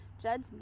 judge